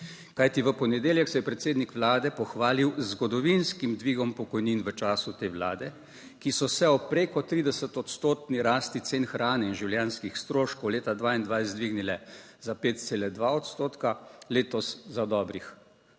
Kajti v ponedeljek se je predsednik Vlade pohvalil z zgodovinskim dvigom pokojnin v času te Vlade, ki so se ob preko 30 odstotni rasti cen hrane in življenjskih stroškov leta 2022 dvignile za 5,2 odstotka, letos za dobrih